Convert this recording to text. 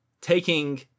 taking